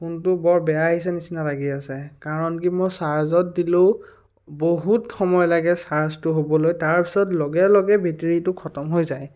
ফোনটো বৰ বেয়া আহিছে নিচিনা লাগি আছে কাৰণ কি মই চাৰ্জত দিলেও বহুত সময় লাগে চাৰ্জটো হ'বলৈ তাৰপাছত লগে লগে বেটেৰীটো খতম হৈ যায়